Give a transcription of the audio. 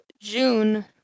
June